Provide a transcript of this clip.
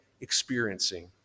experiencing